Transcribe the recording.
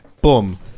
boom